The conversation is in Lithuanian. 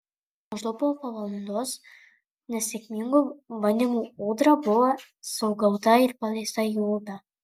maždaug po valandos nesėkmingų bandymų ūdra buvo sugauta ir paleista į upę